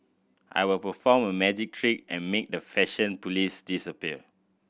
I will perform a magic trick and make the fashion police disappear